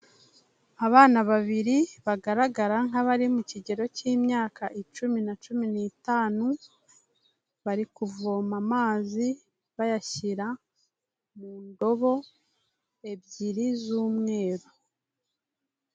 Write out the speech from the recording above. Abana babiri bagaragara nk'abari mu kigero cy'imyaka icumi na cumi n'itanu, bari kuvoma amazi bayashyira mu ndobo ebyiri z'umweru.